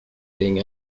being